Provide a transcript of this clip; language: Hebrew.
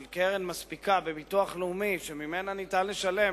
של קרן מספיקה בביטוח לאומי שממנה אפשר לשלם